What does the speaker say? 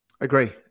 Agree